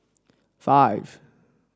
five